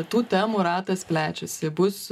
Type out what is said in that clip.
tų temų ratas plečiasi bus